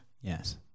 yes